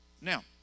now